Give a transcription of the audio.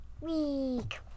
week